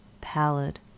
pallid